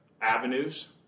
avenues